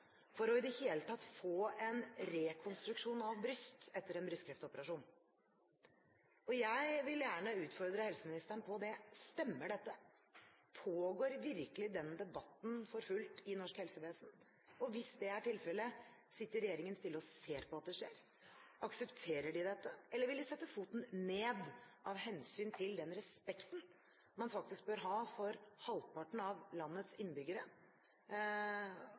for i det hele tatt å få en rekonstruksjon av bryst etter en brystkreftoperasjon. Jeg vil gjerne utfordre helseministeren på det: Stemmer dette? Pågår virkelig den debatten for fullt i norsk helsevesen? Hvis det er tilfellet, sitter regjeringen stille og ser på at det skjer? Aksepterer den dette? Eller: Vil regjeringen sette foten ned av hensyn til den respekten man faktisk bør ha for halvparten av landets